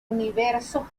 universo